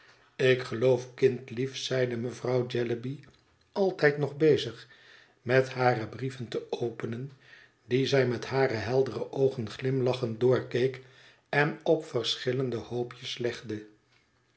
ik geloof kindlief zeide mevrouw jellyby altijd nog bezig met hare brieven te openen die zij met hare heldere oogen glimlachend doorkeek en op verschillende hoopjes legde